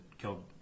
killed